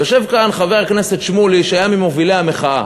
יושב כאן חבר הכנסת שמולי, שהיה ממובילי המחאה.